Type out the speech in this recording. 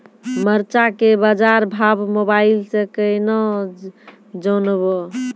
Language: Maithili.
मरचा के बाजार भाव मोबाइल से कैनाज जान ब?